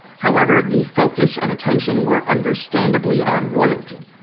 however, the focus and attention were understandably on royalty.